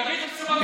תביא נתונים.